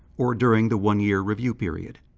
or during the one-year review period.